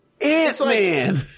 Ant-Man